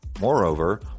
Moreover